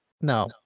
no